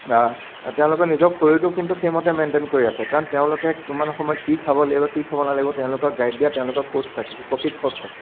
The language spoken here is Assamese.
তেওঁলোকৰ নিজৰ শৰীৰটো কিন্তু সেইমতে মেইন্টেইন কৰি আছে কাৰণ তেওঁলোকে কিমান সময়ত কি খাব লাগিব কি খাব নালাগিব তেওঁলোকক গাইড দিয়া তেওঁলোকৰ কোচ থাকে প্ৰশিক্ষক থাকে